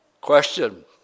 Question